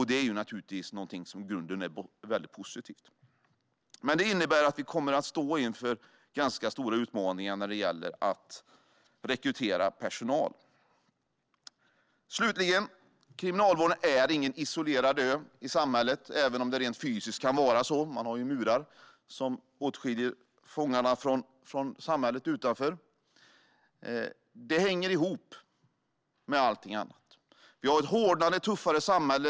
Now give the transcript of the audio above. Detta är ju i grunden någonting väldigt positivt, men det innebär också att man kommer att stå inför ganska stora utmaningar när det gäller att rekrytera personal. Kriminalvården är ingen isolerad ö i samhället, även om det rent fysiskt kan vara så - man har ju murar, som åtskiljer fångarna från samhället utanför. Kriminalvården hänger ihop med allting annat. Vi har ett hårdare och tuffare samhälle.